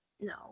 No